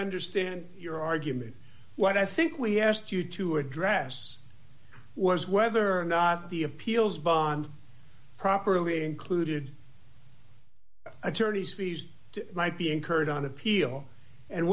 understand your argument what i think we asked you to address was whether or not the appeals bond properly included attorney's fees to might be incurred on appeal and